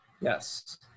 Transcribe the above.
Yes